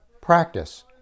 practice